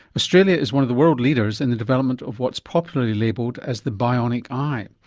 australia is one of the world leaders in the development of what is popularly labelled as the bionic eye.